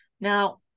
Now